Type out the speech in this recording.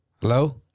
Hello